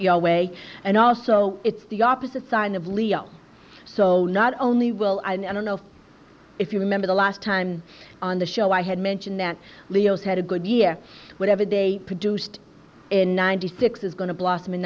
know way and also it's the opposite sign of leo so not only will i don't know if you remember the last time on the show i had mentioned that leos had a good year whatever they produced in ninety six is going to blossom in